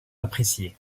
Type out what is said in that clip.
appréciés